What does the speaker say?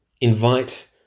Invite